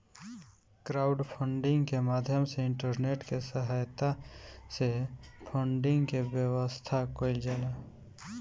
crowdfunding के माध्यम से इंटरनेट के सहायता से फंडिंग के व्यवस्था कईल जाला